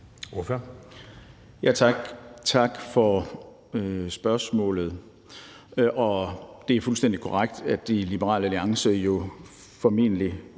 Carsten Bach (LA): Tak for spørgsmålet. Det er fuldstændig korrekt, at vi i Liberal Alliance – formentlig